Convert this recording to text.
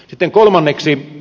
sitten kolmanneksi